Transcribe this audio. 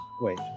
Wait